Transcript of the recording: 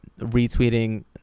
retweeting